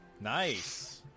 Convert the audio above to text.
Nice